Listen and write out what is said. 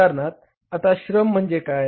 उदाहरणार्थ आता श्रम म्हणजे काय